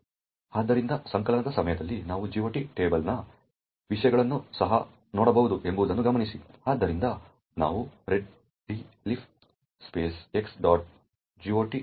ಆದ್ದರಿಂದ ಸಂಕಲನದ ಸಮಯದಲ್ಲಿ ನಾವು GOT ಟೇಬಲ್ನ ವಿಷಯಗಳನ್ನು ಸಹ ನೋಡಬಹುದು ಎಂಬುದನ್ನು ಗಮನಿಸಿ ಆದ್ದರಿಂದ ನಾವು readelf - x